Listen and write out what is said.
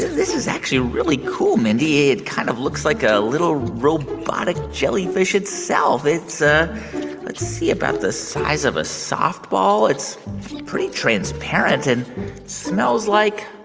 this is actually really cool, mindy. it kind of looks like a little robotic jellyfish itself. it's ah let's see about the size of a softball. it's pretty transparent and smells like